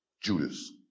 Judas